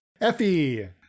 Effie